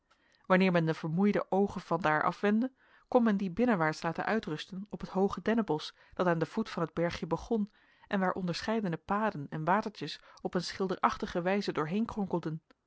wanneer men de vermoeide oogen van daar afwendde kon men die binnenwaarts laten uitrusten op het hooge dennenbosch dat aan den voet van het bergje begon en waar onderscheidene paden en watertjes op een schilderachtige wijze doorheen kronkelden